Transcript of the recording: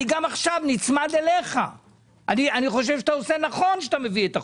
גם עכשיו אני נצמד אליך ואני חושב שאתה עושה נכון כשאתה מביא את החוק,